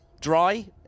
dry